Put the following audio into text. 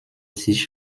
sich